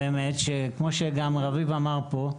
וכמו שגם רביב אמר פה,